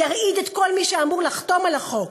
ירעיד את כל מ׳ שאמור לחתום על החוק,